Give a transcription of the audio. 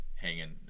hanging